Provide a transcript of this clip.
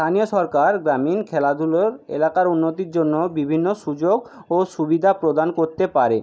স্থানীয় সরকার গ্রামীণ খেলাধুলোর এলাকার উন্নতির জন্য বিভিন্ন সুযোগ ও সুবিধা প্রদান করতে পারে